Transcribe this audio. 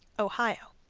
ohio.